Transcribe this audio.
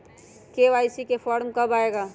KYC form कब आए गा?